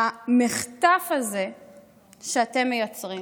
מהמחטף הזה שאתם מייצרים.